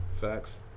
Facts